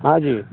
हँ जी